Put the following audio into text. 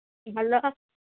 hello